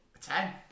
Ten